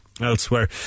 elsewhere